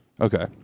Okay